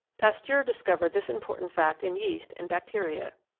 pasteur discovered this important fact in yeast and bacteria.